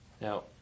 Now